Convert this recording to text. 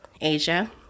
Asia